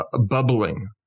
bubbling